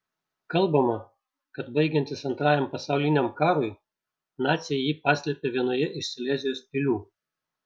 kalbama kad baigiantis antrajam pasauliniam karui naciai jį paslėpė vienoje iš silezijos pilių